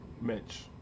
mitch